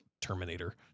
Terminator